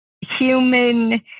human